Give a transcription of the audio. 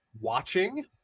Watching